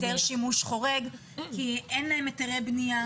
היתר שימוש חורג, כי אין להם היתרי בנייה.